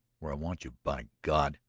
where i want you, by god!